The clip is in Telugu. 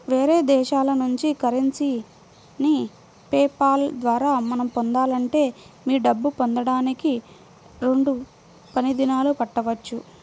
వేరే దేశాల నుంచి కరెన్సీని పే పాల్ ద్వారా మనం పొందాలంటే మీ డబ్బు పొందడానికి రెండు పని దినాలు పట్టవచ్చు